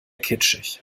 kitschig